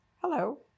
Hello